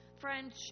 French